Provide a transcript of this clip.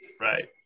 Right